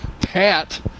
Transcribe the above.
Pat